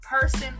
person